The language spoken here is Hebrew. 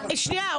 אבל --- שנייה,